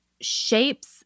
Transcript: shapes